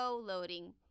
loading